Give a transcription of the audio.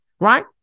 right